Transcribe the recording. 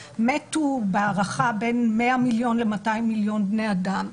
מתו בהערכה בין 100 מיליון ל-200 מיליון בני אדם.